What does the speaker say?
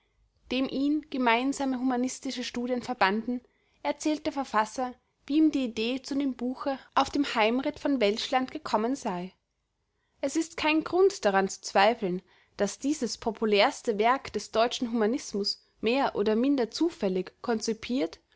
dem ihn gemeinsame humanistische studien verbanden erzählt der verfasser wie ihm die idee zu dem buche auf dem heimritt von welschland gekommen sei es ist kein grund daran zu zweifeln daß dieses populärste werk des deutschen humanismus mehr oder minder zufällig koncipiert